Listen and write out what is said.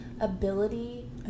ability